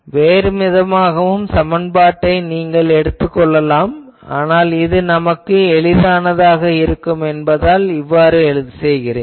வேறுவிதமான சமன்பாட்டையும் நீங்கள் கொள்ளலாம் ஆனால் இது நமக்கு எளிதாக இருக்கும் என்பதால் நான் இவ்வாறு செய்கிறேன்